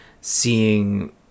seeing